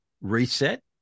reset